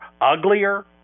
uglier